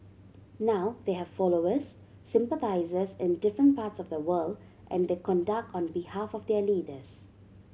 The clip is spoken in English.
now they have followers sympathisers in different parts of the world and they conduct on behalf of their leaders